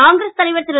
காங்கிரஸ் தலைவர் ரு